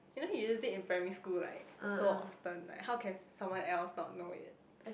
you know you use it in primary school like so often like how can someone else not know it